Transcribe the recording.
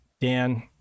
Dan